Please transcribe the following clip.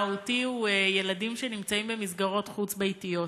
הנושא המהותי הוא ילדים שנמצאים במסגרות חוץ-ביתיות.